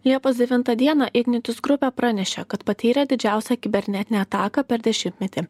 liepos devintą dieną ignitis grupė pranešė kad patyrė didžiausią kibernetinę ataką per dešimtmetį